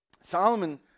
Solomon